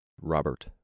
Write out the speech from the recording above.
Robert